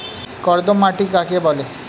কর্দম মাটি কাকে বলে?